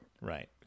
Right